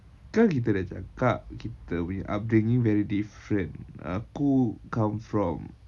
kan kita dah cakap kita punya upbringing very different aku come from